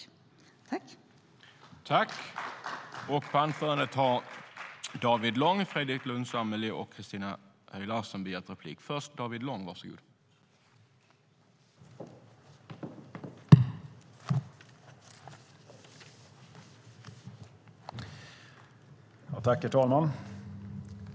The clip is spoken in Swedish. I detta anförande instämde Gunilla Nordgren .